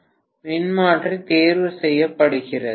அதிக நேரம் இருக்கும் சுமைகளின் அளவும் எடுக்கப்படுகிறது